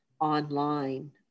online